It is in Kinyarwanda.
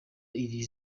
ririya